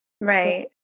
Right